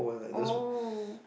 oh